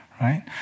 right